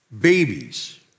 babies